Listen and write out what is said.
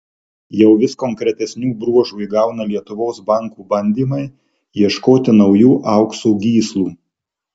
jau vis konkretesnių bruožų įgauna lietuvos bankų bandymai ieškoti naujų aukso gyslų